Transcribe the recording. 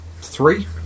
three